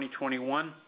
2021